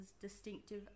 distinctive